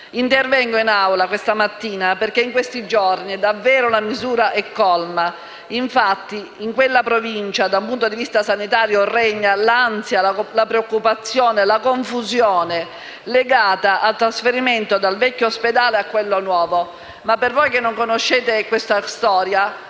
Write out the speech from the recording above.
Intervengo in Aula questa mattina perché in questi giorni davvero la misura è colma. Infatti, in quella Provincia, da un punto di vista sanitario, regnano l'ansia, la preoccupazione, la confusione legata al trasferimento dal vecchio ospedale a quello nuovo. Per chi non conosce questa storia,